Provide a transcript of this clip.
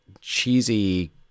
cheesy